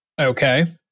Okay